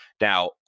Now